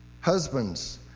Husband's